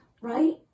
right